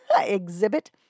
exhibit